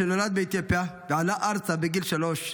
שנולד באתיופיה ועלה ארצה בגיל שלוש,